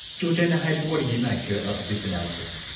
georgina heydon, what do you make of this analysis?